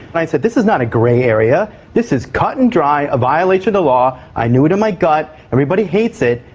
but i said this is not a grey area, this is cut and dry a violation of the law, i knew it in my gut, everybody hates it,